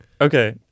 Okay